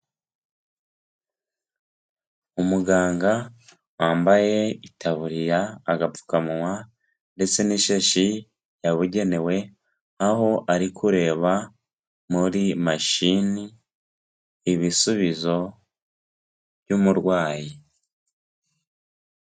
Umuganga wambaye itaburiya, agapfukamunwa ndetse n'ishashi yabugenewe, aho ari kureba muri mashini, ibisubizo by'umurwayi.